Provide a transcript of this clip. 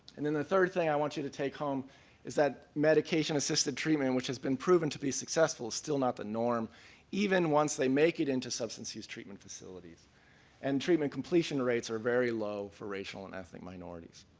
and and the third thing i want you to take home is that medication assisted treatment which has been proven to be successful is still not the norm even once they make it into substance use treatment facilities and treatment completion rates are very low for racial and ethnic minorities.